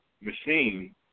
machine